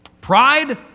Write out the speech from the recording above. Pride